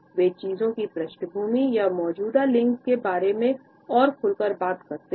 वे चीजों की पृष्ठभूमि या मौजूदा लिंक के बारे में और खुल कर बात करते हैं